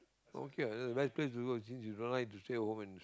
don't care that's the best place to go since you don't like to stay home and